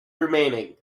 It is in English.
remaining